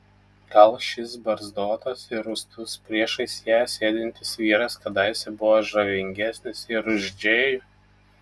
gal šis barzdotas ir rūstus priešais ją sėdintis vyras kadaise buvo žavingesnis ir už džėjų